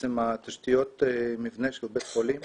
בעצם תשתיות המבנה של בית החולים,